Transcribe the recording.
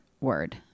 word